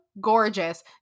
Gorgeous